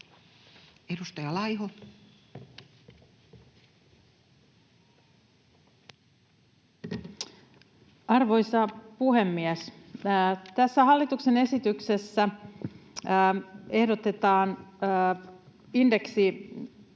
Content: Arvoisa puhemies! Tässä hallituksen esityksessä ehdotetaan